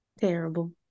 Terrible